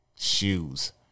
Shoes